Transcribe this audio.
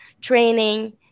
training